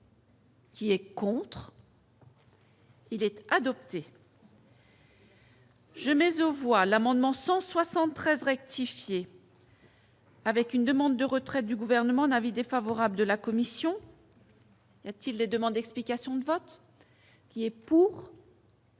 Qui est contre. Il était adopté. Je mais au voile amendements sont 73 rectifier. Avec une demande de retrait du gouvernement n'avis défavorable de la commission. Y a-t-il des demandes, explications de vote qui est pour.